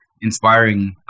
inspiring